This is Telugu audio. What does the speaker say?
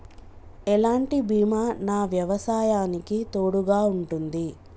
ఎలాంటి బీమా నా వ్యవసాయానికి తోడుగా ఉంటుంది?